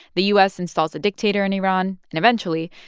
the u s. installs a dictator in iran. and eventually,